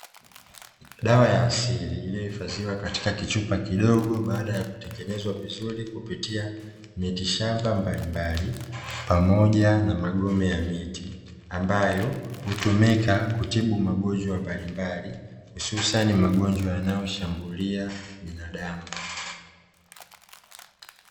Dawa ya asili iliyohifadhiwa katika kichupa kidogo baada ya kutengenezwa vizuri kupitia miti shamba mbalimbali pamoja na magome ya miti, ambayo hutumika kutibu magonjwa mbalimbali hususani magonjwa yanayoshambulia binadamu.